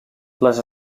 les